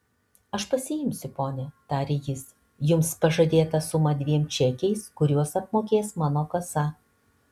aš pasiimsiu ponia tarė jis jums pažadėtą sumą dviem čekiais kuriuos apmokės mano kasa